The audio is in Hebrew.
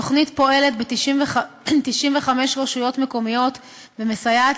התוכנית פועלת ב-95 רשויות מקומיות ומסייעת